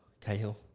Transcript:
Cahill